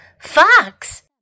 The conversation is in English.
Fox